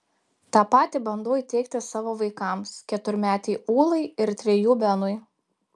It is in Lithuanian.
tą patį bandau įteigti savo vaikams keturmetei ūlai ir trejų benui